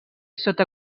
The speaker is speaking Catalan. sota